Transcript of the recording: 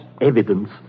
evidence